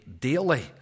daily